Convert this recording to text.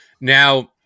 Now